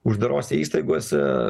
uždarose įstaigose